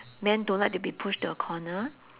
men don't like to be pushed to a corner